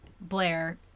Blair